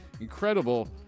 incredible